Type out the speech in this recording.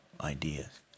ideas